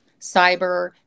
cyber